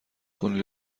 کنید